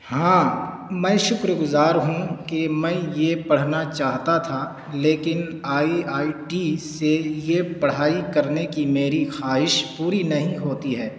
ہاں میں شکرگزار ہوں کہ میں یہ پرھنا چاہتا تھا لیکن آئی آئی ٹی سے یہ پڑھائی کرنے کی میری خواہش پوری نہیں ہوتی ہے